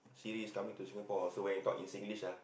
Siri is coming to Singapore so when it talk in Singlish ah